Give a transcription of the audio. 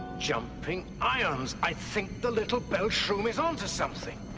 jumping ions, i think the little bell shroom is on to something.